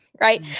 right